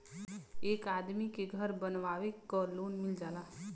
एक आदमी के घर बनवावे क लोन मिल जाला